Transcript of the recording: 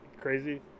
crazy